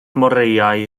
moreau